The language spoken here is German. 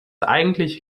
eigentliche